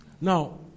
Now